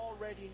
already